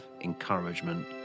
encouragement